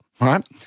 right